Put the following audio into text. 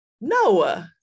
No